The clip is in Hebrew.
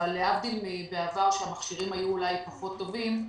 להבדיל מבעבר, אז המכשירים היו פחות טובים,